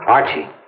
Archie